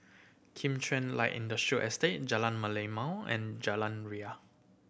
Kim Chuan Light Industrial Estate Jalan Merlimau and Jalan Ria